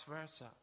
versa